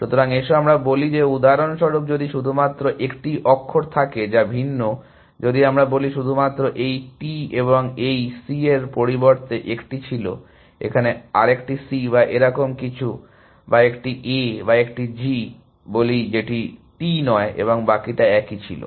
সুতরাং এসো আমরা বলি যে উদাহরণস্বরূপ যদি শুধুমাত্র একটি অক্ষর থাকে যা ভিন্ন যদি আমরা বলি শুধুমাত্র এই T এবং এই এই C এর পরিবর্তে একটি ছিল এখানে আরেকটি C বা এরকম কিছু বা একটি A বা একটি G বলি যেটি T নয় এবং বাকিটা একই ছিল